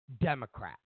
Democrat